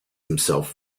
themselves